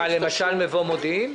למשל מבוא מודיעין?